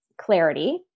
clarity